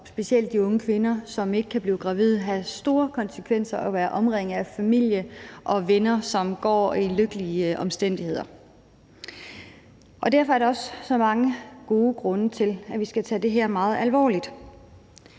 specielt de unge kvinder, som ikke kan blive gravide, have store konsekvenser at være omringet af familie og venner, som er i lykkelige omstændigheder. Derfor er der også så mange gode grunde til, at vi skal tage det her meget alvorligt.